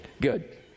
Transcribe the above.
good